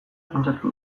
pentsatu